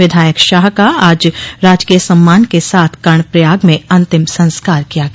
विधायक शाह का आज राजकीय सम्मान के साथ कर्णप्रयाग में अंतिम संस्कार किया गया